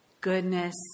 goodness